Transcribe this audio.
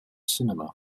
cinema